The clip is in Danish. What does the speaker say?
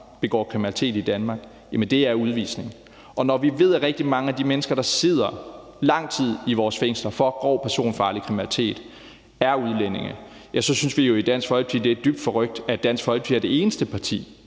begår kriminalitet i Danmark, er udvisning. Når vi ved, at rigtig mange af de mennesker, der sidder lang tid i vores fængsler for grov personfarlig kriminalitet, er udlændinge, synes vi i Dansk Folkeparti at det er dybt forrykt, at Dansk Folkeparti er det eneste parti